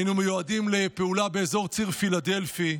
היינו מיועדים לפעולה באזור ציר פילדלפי,